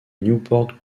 newport